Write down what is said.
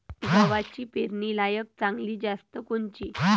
गव्हाची पेरनीलायक चांगली जात कोनची?